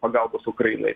pagalbos ukrainai